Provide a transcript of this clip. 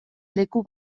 leku